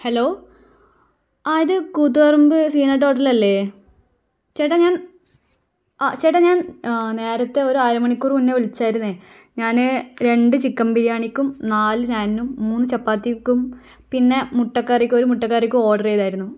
hello ആ ഇത് Koothuparamba Seenath hotel അല്ലേ ചേട്ടാ ഞാൻ ആ ചേട്ടാ ഞാൻ ആ നേരത്തെ ഒരു അര മണിക്കൂർ മുന്നേ വിളിച്ചായിരുന്നേ ഞാൻ രണ്ട് ചിക്കൻ ബിരിയാണിക്കും നാലു നാനിനും മൂന്ന് ചപ്പാത്തിക്കും പിന്നെ മുട്ടക്കറിക്കും ഒരു മുട്ടക്കറിക്കും ഓർഡറ് ചെയ്തായിരുന്നു